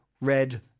red